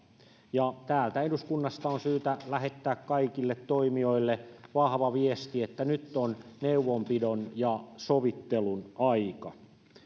täältä eduskunnasta on syytä lähettää kaikille toimijoille vahva viesti että nyt on neuvonpidon ja sovittelun aika